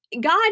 God